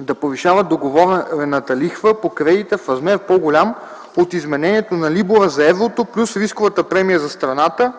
да повишава договорената лихва по кредита в размер, по-голям от изменението на либора за еврото плюс рисковата премия за страната,